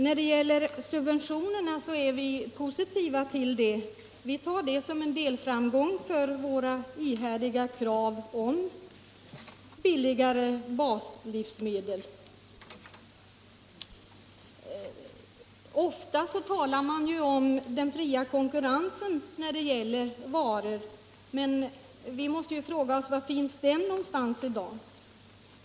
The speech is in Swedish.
Vad subventionerna beträffar vill jag säga att vi är positiva till dem och tar dem som en delframgång för våra ihärdiga krav på billigare baslivsmedel. Ofta talas det om den fria konkurrensen, men vi måste fråga oss: Var finns den någonstans i dag?